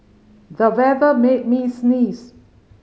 the weather made me sneeze